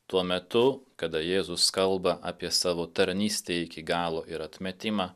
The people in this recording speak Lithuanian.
tuo metu kada jėzus kalba apie savo tarnystę iki galo ir atmetimą